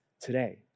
today